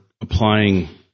applying